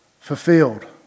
Fulfilled